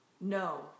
No